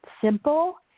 simple